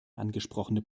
angesprochene